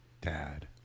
dad